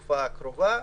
שלום לכולם,